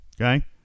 Okay